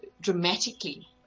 dramatically